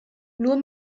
nur